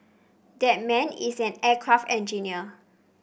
that man is an aircraft engineer